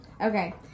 Okay